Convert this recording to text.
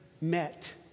met